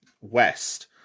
West